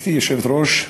גברתי היושבת-ראש,